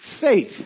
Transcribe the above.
faith